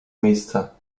miejsca